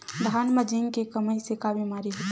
धान म जिंक के कमी से का बीमारी होथे?